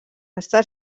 està